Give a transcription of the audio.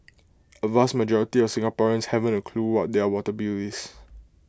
A vast majority of Singaporeans haven't A clue what their water bill is